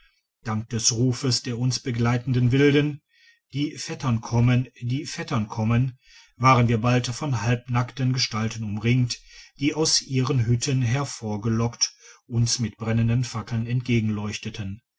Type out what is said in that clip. dank des rufes der uns begleitenden wilden die vettern kommen die vettern kommen u waren wir bald von halbnackten gestalten umringt die aus ihren hütten hervorgelockt uns mit brennenden fackeln